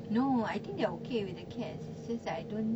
no I think they are okay with the cats it's just that I don't